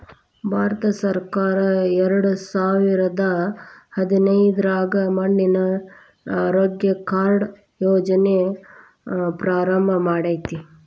ಭಾರತಸರ್ಕಾರ ಎರಡಸಾವಿರದ ಹದಿನೈದ್ರಾಗ ಮಣ್ಣಿನ ಆರೋಗ್ಯ ಕಾರ್ಡ್ ಯೋಜನೆ ಪ್ರಾರಂಭ ಮಾಡೇತಿ